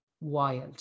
wild